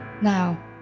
Now